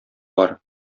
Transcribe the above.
бар